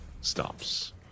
stops